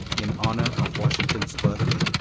in honour of washington's birthday